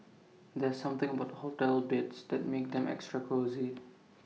there's something about hotel beds that makes them extra cosy